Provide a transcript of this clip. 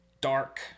dark